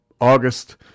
August